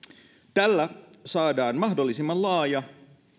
tällä saadaan mahdollisimman laajat